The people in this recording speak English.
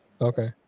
Okay